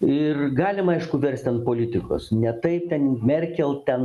ir galima aišku versti ant politikos ne taip ten merkel ten